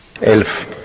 Elf